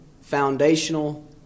foundational